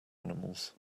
animals